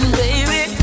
baby